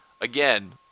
again